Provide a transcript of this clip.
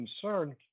concern